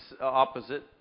opposite